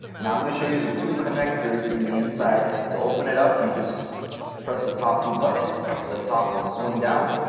now i'm going to show you the two connectors in the inside. to open it up, you just press the top two buttons. the top will swing down.